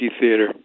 theater